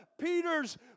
Peter's